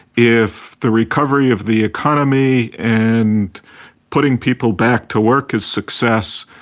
if the recovery of the economy and putting people back to work is success,